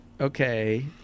Okay